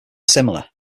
similar